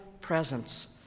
presence